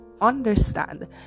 understand